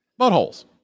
Buttholes